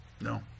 No